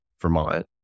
Vermont